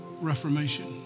reformation